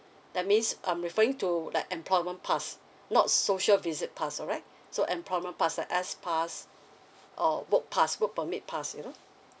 that means I'm referring to like employment pass not social visit pass alright so employment the S pass or work pass work permit pass you know